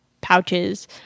pouches